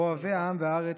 אוהבי העם והארץ,